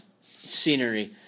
scenery